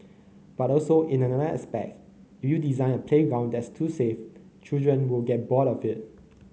but also in another aspect if you design a playground that's too safe children will get bored of it